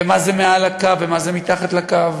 ומה זה מעל לקו ומה זה מתחת לקו,